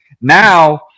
Now